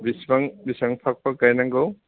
बिसिबां बिसिबां फाख फाख गायनांगौ